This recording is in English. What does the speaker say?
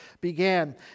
began